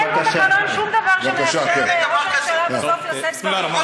אין בתקנון שום דבר שמאפשר לראש